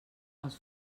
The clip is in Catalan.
els